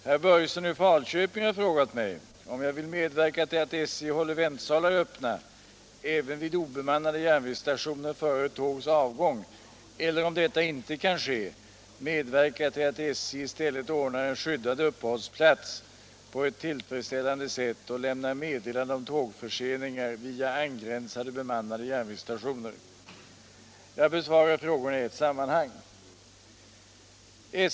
Herr Börjesson i Falköping har frågat mig om jag vill medverka till att SJ håller väntsalar öppna även vid obemannade järnvägsstationer före tågs avgång eller, om detta inte kan ske, medverka till att SJ i stället ordnar en skyddad uppehållsplats på ett tillfredsställande sätt och lämnar meddelande om tågförseningar via angränsande bemannade järnvägsstationer. Jag besvarar frågorna i ett sammanhang.